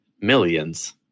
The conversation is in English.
millions